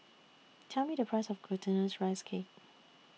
Tell Me The Price of Glutinous Rice Cake